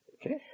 okay